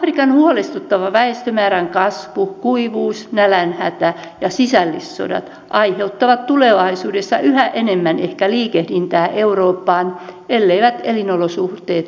afrikan huolestuttava väestömäärän kasvu kuivuus nälänhätä ja sisällissodat aiheuttavat tulevaisuudessa ehkä yhä enemmän liikehdintää eurooppaan elleivät elinolosuhteet parane